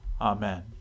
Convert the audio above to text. Amen